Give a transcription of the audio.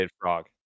frog